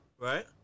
right